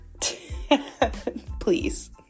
Please